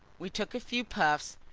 we took a few puffs,